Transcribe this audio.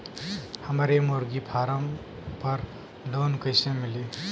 हमरे मुर्गी फार्म पर लोन कइसे मिली?